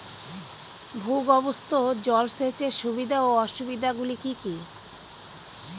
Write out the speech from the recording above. ভূগর্ভস্থ জল সেচের সুবিধা ও অসুবিধা গুলি কি কি?